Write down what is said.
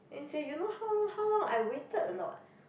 then he say you know how long how long I waited a not